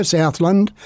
Southland